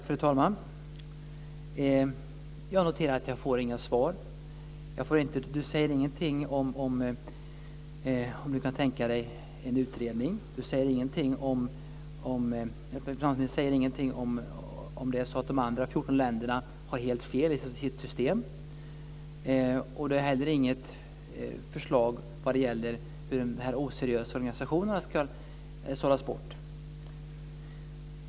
Fru talman! Jag noterar att jag inte får några svar. Finansministern säger ingenting om han kan tänka sig en utredning. Han säger ingenting om de andra 14 länderna har helt fel i sitt system. Han har inte heller något förslag vad gäller hur de oseriösa organisationerna ska sållas bort.